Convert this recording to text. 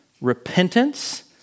repentance